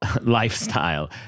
lifestyle